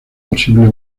posible